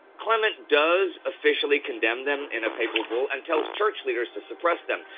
clement does officially condemn them in a papal bull and tells church leaders to suppress them,